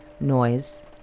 noise